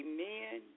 Amen